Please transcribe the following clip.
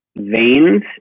Veins